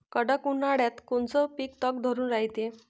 कडक उन्हाळ्यात कोनचं पिकं तग धरून रायते?